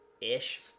Ish